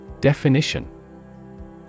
Definition